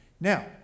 Now